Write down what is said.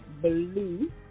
blue